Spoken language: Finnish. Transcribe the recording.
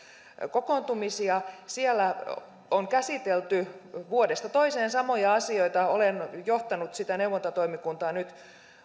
kokoontumisia siellä on käsitelty vuodesta toiseen samoja asioita olen johtanut sitä neuvontatoimikuntaa nyt